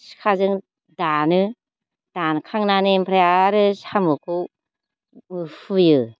सिखाजों दानो दानखांनानै ओमफ्राय आरो साम'खौ हुयो